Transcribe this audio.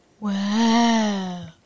Wow